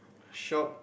shop